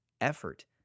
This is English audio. effort